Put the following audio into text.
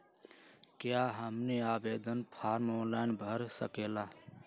क्या हमनी आवेदन फॉर्म ऑनलाइन भर सकेला?